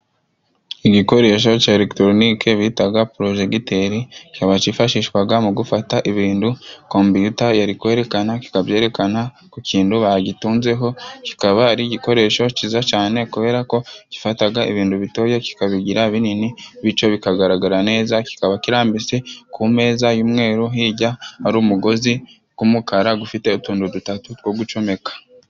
Igikoresho ca elegitoronike bitaga projegiteri, kikaba cyifashishwaga mu gufata ibintu Comptuter yari kwerekana kikabyerekana ku kintu bagitunzeho, kikaba ari igikoresho ciza cane kubera ko gifataga ibintu bitoya kikabigira binini bico bikagaragara neza, kikaba kirambitse ku meza y'umweru, hijya hari umugozi gw'umukara gufite utuntu dutatu two gucomeka.